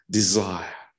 desire